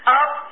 up